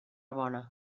bona